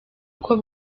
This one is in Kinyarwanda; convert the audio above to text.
uko